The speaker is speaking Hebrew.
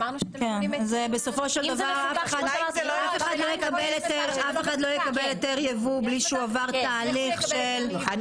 אף אחד לא יקבל היתר יבוא בלי הוא עבר תהליך של בדיקת נאותות.